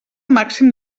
màxim